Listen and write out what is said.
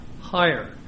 higher